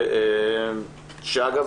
אגב,